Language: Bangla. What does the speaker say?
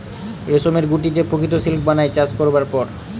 রেশমের গুটি যে প্রকৃত সিল্ক বানায় চাষ করবার পর